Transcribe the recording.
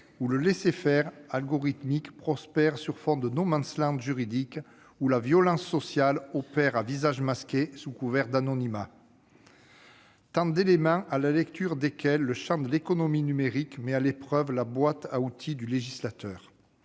où le laissez-faire algorithmique prospère sur fond de juridique, où la violence sociale opère à visage masqué sous couvert d'anonymat. Ce sont autant d'éléments à la lecture desquels le champ de l'économie numérique met à l'épreuve la boîte à outils du législateur.